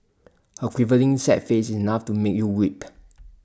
her quivering sad face is enough to make you weep